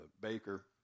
baker